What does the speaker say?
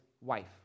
wife